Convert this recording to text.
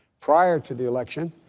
prior to the election,